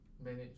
Manage